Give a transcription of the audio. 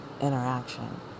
interaction